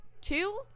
Two